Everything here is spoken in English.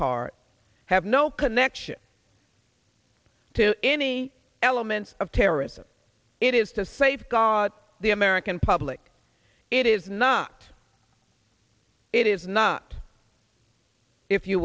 car have no connection to any elements of terrorism it is to safeguard the american public it is not it is not if you